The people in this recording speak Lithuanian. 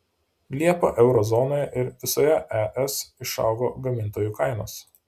liepą euro zonoje ir visoje es išaugo gamintojų kainos